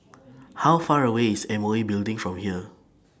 How Far away IS M O E Building from here